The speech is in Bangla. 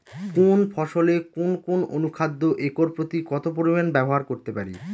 কোন ফসলে কোন কোন অনুখাদ্য একর প্রতি কত পরিমান ব্যবহার করতে পারি?